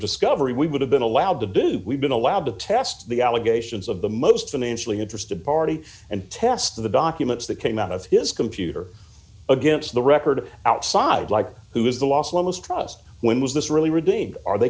discovery we would have been allowed to do we've been allowed to test the allegations of the most financially interested party and test of the documents that came out of his computer against the record outside like who is the los lobos trust when was this really redeemed are they